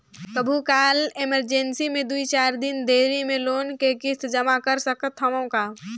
कभू काल इमरजेंसी मे दुई चार दिन देरी मे लोन के किस्त जमा कर सकत हवं का?